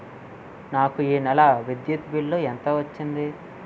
నాకు ఈ నెల విద్యుత్ బిల్లు ఎంత వచ్చింది?